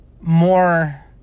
more